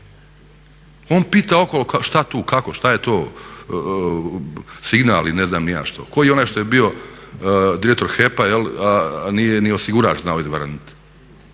Ona pita okolo šta tu, kako, šta je to signal i ne znam ni ja što, ko i onaj što je bio direktor HEP-a, a nije ni osigurač znao izvrnut.